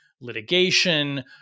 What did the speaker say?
litigation